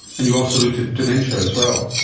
and you also looked at dementia as well.